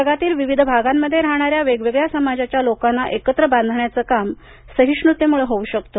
जगातील विविध भागांमध्ये राहणाऱ्या वेगवेगळ्या समाजाच्या लोकांना एकत्र बांधण्याचे काम सहिष्णूतेमुळ होऊ शकते